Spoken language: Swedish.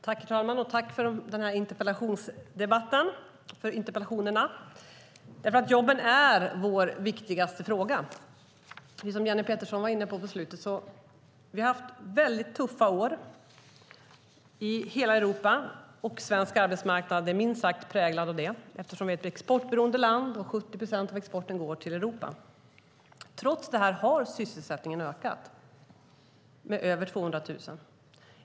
Herr talman! Tack för interpellationerna och interpellationsdebatten! Jobben är vår viktigaste fråga. Precis som Jenny Petersson var inne på i slutet har hela Europa haft tuffa år, och svensk arbetsmarknad är minst sagt präglad av detta. Sverige är ett exportberoende land, och 70 procent av exporten går till Europa. Trots detta har sysselsättningen ökat med över 200 000.